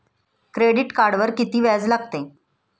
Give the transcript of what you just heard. Credit कार्डवर किती व्याज लागते?